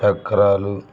చక్రాలు